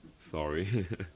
Sorry